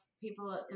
people